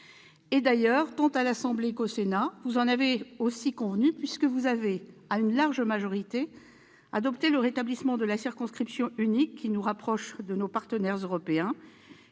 D'ailleurs, tant à l'Assemblée nationale qu'au Sénat, vous en avez aussi convenu, puisque vous avez, à une large majorité, adopté le rétablissement de la circonscription unique. Ce système nous rapproche de nos partenaires européens,